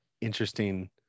interesting